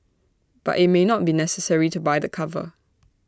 but IT may not be necessary to buy the cover